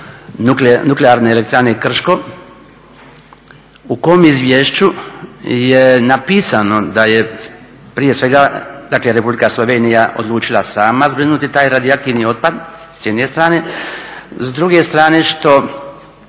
nuklearne elektrane Krškom u kom izvješću je napisano da je prije svega Republika Slovenija odlučila sama zbrinuti taj radioaktivni otpad s jedne strane. S druge strane što